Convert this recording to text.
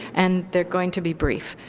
and they're going to be brief.